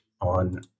on